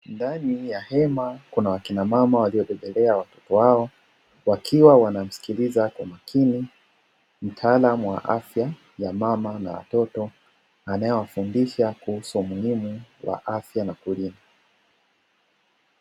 Ndani ya hema kuna wakina Mama waliobebalea Watoto wao, wakiwa wanamsikiliza kwa makini mtaalamu wa afya ya Mama na Watoto, anayewafundisha kuhusu umuhimu wa afya na kulinda.